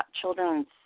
children's